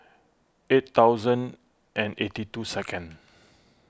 eight thousand and eighty two second